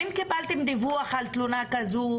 האם קיבלתם דיווח על תלונה כזו?